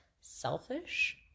selfish